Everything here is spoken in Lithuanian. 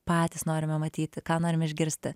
patys norime matyti ką norime išgirsti